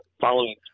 following